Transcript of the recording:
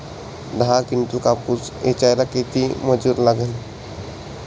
दहा किंटल कापूस ऐचायले किती मजूरी लागन?